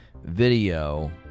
video